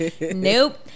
Nope